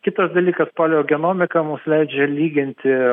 kitas dalykas paleogenomika mums leidžia lyginti